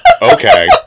Okay